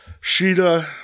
Sheeta